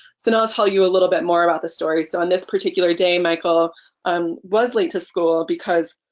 so now i'll tell you a little bit more about the story. so on this particular day michael um was late to school because